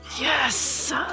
Yes